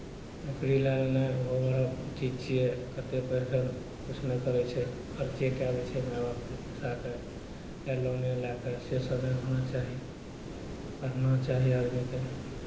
नोकरी लगनाइ ओहो बड़ा चीज छियै कतेक पढ़ि कऽ किछु नहि करै छै खर्चे कए दैत छै माय बापके पैसाकेँ या लोने लए कऽ सेसभ नहि होना चाही पढ़ना चाही आदमीकेँ